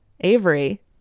Avery